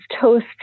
toast